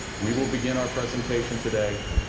we will begin our presentation today.